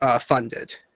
funded